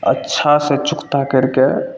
अच्छासे चुकता करिके